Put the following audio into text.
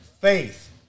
faith